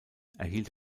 erhielt